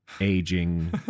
aging